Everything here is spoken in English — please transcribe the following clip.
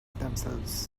themselves